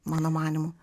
mano manymu